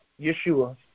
Yeshua